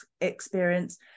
experience